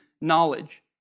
knowledge